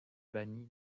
banni